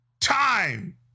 time